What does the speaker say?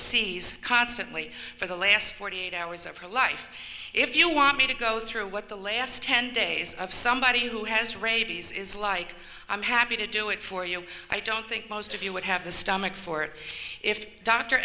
seize constantly for the last forty eight hours of her life if you want me to go through what the last ten days of somebody who has rabies is like i'm happy to do it for you i don't think most of you would have the stomach for it if dr